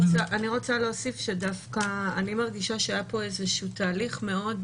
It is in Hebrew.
אני רוצה להוסיף שדווקא אני מרגישה שהיה פה איזשהו תהליך מאוד